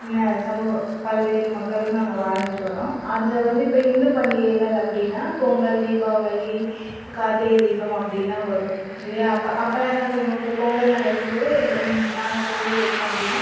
இன சமு பல்வேறு மக்களும் நாங்கள் வாழ்ந்துட்டு வரோம் அதில் வந்து இப்போ இந்து பண்டிகைகள் அப்படின்னா பொங்கல் தீபாவளி கார்த்திகை தீபம் அப்படிலாம் வரும் இல்லையா அப்போ அப்போலாம் என்ன பண்ணுவோம் இப்போ பொங்கல் நடக்கும்போது எங்கள் நாங்கள் பொங்கல் வைச்சோம் அப்படின்னா